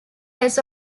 less